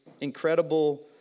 incredible